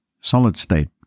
Solid-state